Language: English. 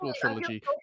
trilogy